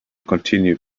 continued